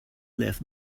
left